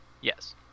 Yes